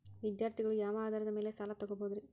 ವಿದ್ಯಾರ್ಥಿಗಳು ಯಾವ ಆಧಾರದ ಮ್ಯಾಲ ಸಾಲ ತಗೋಬೋದ್ರಿ?